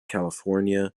california